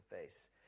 face